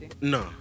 No